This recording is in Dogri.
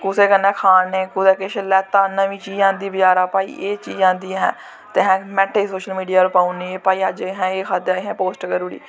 कुसै कन्नै खा ने कुदै किश लैत्ता नमीं आंदी बज़ारा भाई एह् चीज़ आंदी असें ते असें मैंटै च सोशल मीडिया पर पाई ओड़ी भाई असें अज्ज एह् खाद्धा पोस्ट पाई ओड़ी